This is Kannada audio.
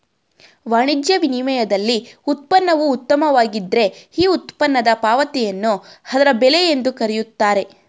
ವಾಣಿಜ್ಯ ವಿನಿಮಯದಲ್ಲಿ ಉತ್ಪನ್ನವು ಉತ್ತಮವಾಗಿದ್ದ್ರೆ ಈ ಉತ್ಪನ್ನದ ಪಾವತಿಯನ್ನು ಅದರ ಬೆಲೆ ಎಂದು ಕರೆಯುತ್ತಾರೆ